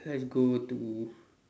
try go to